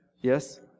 Yes